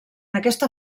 aquesta